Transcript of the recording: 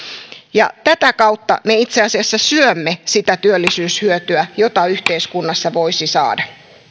ja tätä kautta me itse asiassa syömme sitä työllisyyshyötyä jota yhteiskunnassa voisi saada